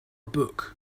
book